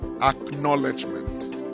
acknowledgement